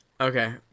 Okay